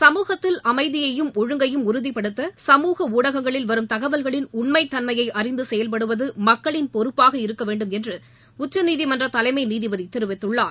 சமூகத்தில் அமைதியையும் ஒழுங்கையும் உறுதிப்படுத்த சமூக ஊடகங்களில் வரும் தகவல்களின் உண்மைத் தன்மையை அறிந்து செயல்படுவது மக்களின் பொறுப்பாக இருக்கவேண்டுமென்று உச்சநீதி மன்ற தலைமை நீதிபதி தெரிவித்துள்ளார்